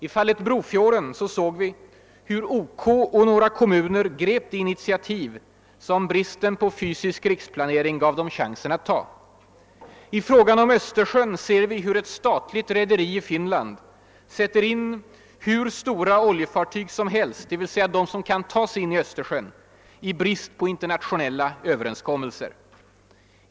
I fallet Brofjorden såg vi hur OK och några kommuner grep den möjlighet som bristen på fysisk riksplanering gav dem chansen till. I frågan om Östersjön ser vi hur ett statligt rederi i Finland sätter in hur stora oljefartyg som helst, dvs. de som kan tas in i Östersjön, i avsaknad av internationella överenskommelser.